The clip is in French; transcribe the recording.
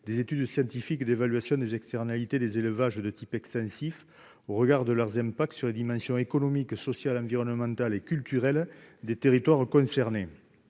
des études scientifiques d'évaluations des externalités des élevages de type extensif au regard de leurs aime pas que sur la dimension économique, social, environnemental et culturel des territoires concernés